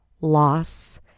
loss